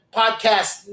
podcast